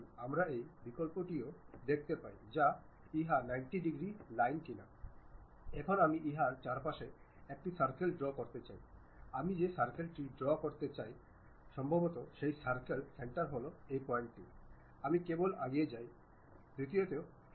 সুতরাং আসুন আমরা দেখতে পারি যে আপনি একটি 3 ডাইমেনশনাল দেখতে পান সেখানে একটি সার্কেল রয়েছে এবং সেখানে একটি সমকেন্দ্রিক সার্কেল রয়েছে এবং আলোকপাতের কারণে সলিড ওয়ার্ক এর পুরো শক্তিটি আসে এই স্তরে সাবধানতার সাথে বস্তুর উপরে আলোকপাত করে